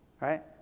right